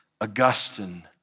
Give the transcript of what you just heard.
Augustine